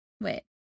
Wait